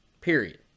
Period